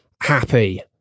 happy